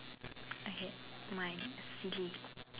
okay mine silly